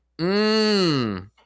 Mmm